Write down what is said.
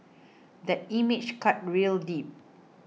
that image cut real deep